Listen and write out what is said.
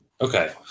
Okay